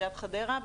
חדרה.